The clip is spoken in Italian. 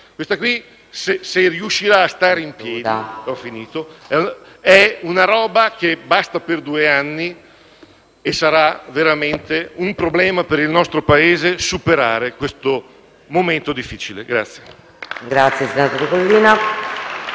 Questa, se riuscirà a stare in piedi, è una manovra che basta per due anni e sarà veramente un problema per il nostro Paese superare questo momento difficile.